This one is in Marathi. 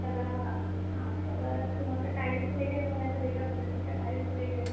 त्याला हां त्याला तुम्हाला टाईल्स वगैरे हव्या तर वेगळ्या पद्धतीच्या टाईल्स वगैरे